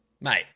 mate